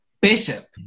Bishop